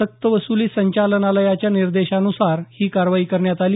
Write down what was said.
सक्तवसुली संचालनालयाच्या निर्देशानुसार ही कारवाई करण्यात आली